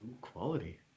quality